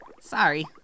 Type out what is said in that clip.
sorry